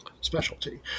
specialty